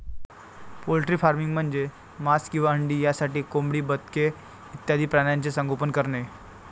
poultry farming म्हणजे मांस किंवा अंडी यासाठी कोंबडी, बदके इत्यादी प्राण्यांचे संगोपन करणे